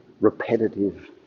repetitive